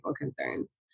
concerns